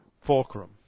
fulcrum